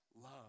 love